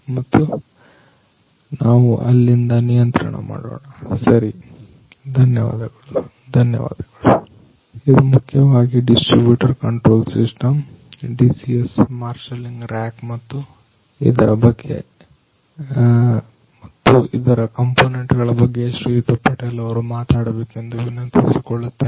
ಮತ್ತು ನಾವು ಅಲ್ಲಿಂದ ನಿಯಂತ್ರಣ ಮಾಡೋಣ ಧನ್ಯವಾದಗಳು ಧನ್ಯವಾದಗಳು ಇದು ಮುಖ್ಯವಾಗಿ distributor control system DCS marshalling rack ಮತ್ತು ಇದರ ಬಗ್ಗೆ ಮತ್ತು ಇದರ ಕಂಪೋನೆಂಟ್ ಗಳ ಬಗ್ಗೆ ಶ್ರೀಯುತ ಪಟೇಲ್ ಅವರು ಮಾತಾಡಬೇಕೆಂದು ವಿನಂತಿಸಿಕೊಳ್ಳುತ್ತೇನೆ